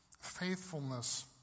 faithfulness